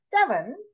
seven